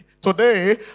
Today